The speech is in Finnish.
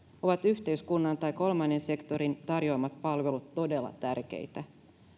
ovat yhteiskunnan tai kolmannen sektorin tarjoamat palvelut todella tärkeitä